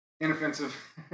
inoffensive